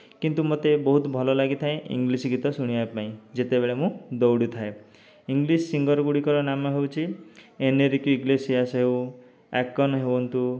କିନ୍ତୁ ମୋତେ ବହୁତ ଭଲ ଲାଗିଥାଏ ଇଙ୍ଗ୍ଲିଶ ଗୀତ ଶୁଣିବା ପାଇଁ ଯେତେବେଳେ ମୁ ଦଉଡ଼ି ଥାଏ ଇଙ୍ଗ୍ଲିଶ ସିଙ୍ଗର ଗୁଡ଼ିକର ନାମ ହଉଛି ଏନେରୀ ପ୍ଳିବ୍ଲିସିଆସ ହେଉ ଆକନ ହୁଅନ୍ତୁ